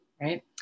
right